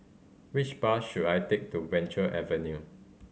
which bus should I take to Venture Avenue